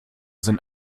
sind